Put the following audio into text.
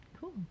cool